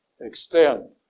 extend